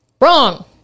Wrong